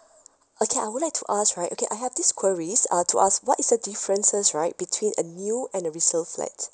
okay I would like to ask right okay I have these queries uh to ask what is the differences right between a new and a resale flat